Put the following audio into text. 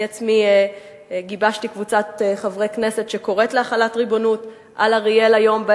אני עצמי גיבשתי קבוצת חברי כנסת שקוראת להחלת ריבונות על אריאל היום,